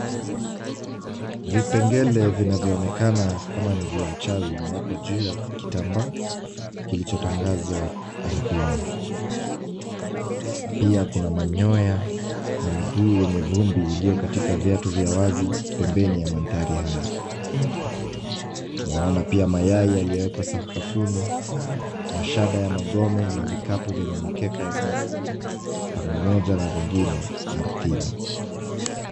Vipengele vinavyo onekana kama ni vya uchawi vimewekwa juu ya kitambaa kilichotangazwa ardhini. Pia kuna manyoya na miguu yenye vumbi iliyo katika viatu vya wazi pembeni ya mandhari haya. Twaona pia mayai yaliyo wekwa sakafuni, mashada ya magome na vikapu vyenye mikeka ya nyasi pamoja na vingine ardhini.